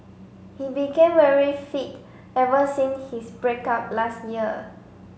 he became very fit ever since his break up last year